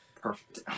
perfect